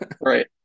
right